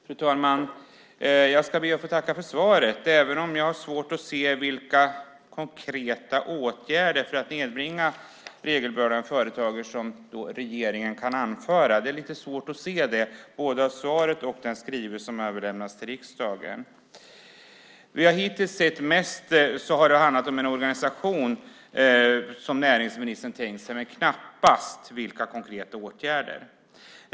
Fru talman! Jag ska be att få tacka för svaret, även om jag har svårt att se vilka konkreta åtgärder för att nedbringa regelbördan för företag som regeringen kan anföra. Det är lite svårt att se det, både av svaret och av den skrivelse som överlämnats till riksdagen. Hittills har det mest handlat om den organisation som näringsministern tänkt sig, men knappast om konkreta åtgärder.